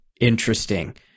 interesting